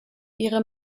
ihre